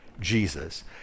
jesus